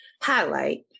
highlight